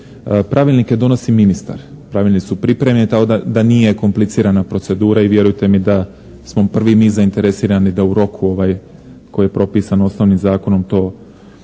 Pravilnike donosi ministar, pravilnici su pripremljeni tako da nije komplicirana procedura i vjerujte mi da smo prvi mi zainteresirani da u roku koji je propisan osnovnim zakonom to učinimo